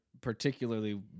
particularly